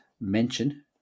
mention